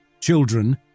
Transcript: Children